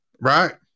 Right